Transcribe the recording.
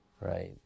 right